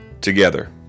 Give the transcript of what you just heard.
together